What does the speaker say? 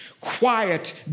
Quiet